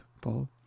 Paul